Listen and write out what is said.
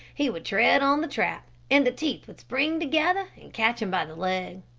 he would tread on the trap, and the teeth would spring together, and catch him by the leg.